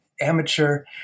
amateur